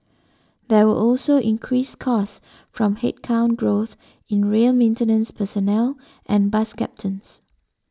there were also increased costs from headcount growth in rail maintenance personnel and bus captains